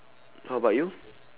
how about you